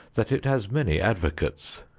that it has many advocates.